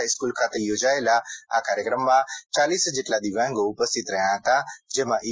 high school ખાતે યોજાયેલા આ કાર્યક્રમમાં ચાલીસ જેટલા દિવ્યાંગો ઉપસ્થિત રહ્યા હતા જેમાં ઇ